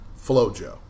Flojo